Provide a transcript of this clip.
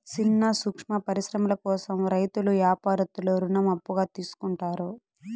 సిన్న సూక్ష్మ పరిశ్రమల కోసం రైతులు యాపారత్తులు రుణం అప్పుగా తీసుకుంటారు